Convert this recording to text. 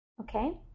okay